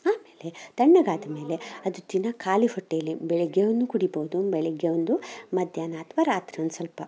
ಆಮೇಲೆ ತಣ್ಣಗಾದ ಮೇಲೆ ಅದು ದಿನ ಖಾಲಿ ಹೊಟ್ಟೇಲಿ ಬೆಳಗ್ಗೆನೂ ಕುಡಿಬೋದು ಬೆಳಗ್ಗೆ ಒಂದು ಮಧ್ಯಾಹ್ನ ಅಥವಾ ರಾತ್ರಿ ಒಂದು ಸ್ವಲ್ಪ